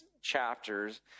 chapters